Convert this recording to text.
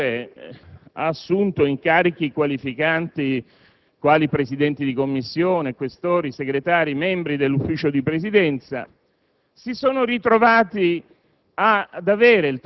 è divenuto membro del Governo oppure ha assunto incarichi qualificanti (quali Presidente di Commissione, Questore, Segretario, membro dell'Ufficio di Presidenza),